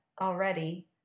already